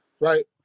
right